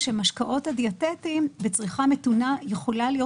שהמשקאות הדיאטטיים בצריכה מתונה יכולים להיות